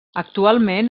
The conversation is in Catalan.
actualment